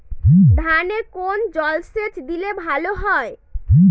ধানে কোন জলসেচ দিলে ভাল হয়?